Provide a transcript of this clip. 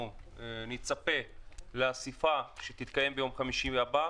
נצפה לאספה שתתקיים ביום חמישי הבא.